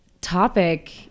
topic